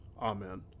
amen